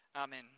Amen